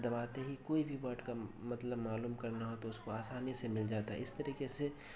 دباتے ہی کوئی بھی ورڈ کا مطلب معلوم کرنا ہو تو اس کو آسانی سے مل جاتا ہے اس طریقے سے